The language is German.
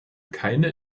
keine